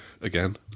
again